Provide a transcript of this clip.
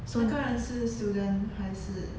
那个人是 student 还是